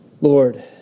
Lord